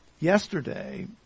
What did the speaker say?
Yesterday